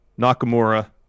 Nakamura